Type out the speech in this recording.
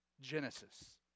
Genesis